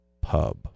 Pub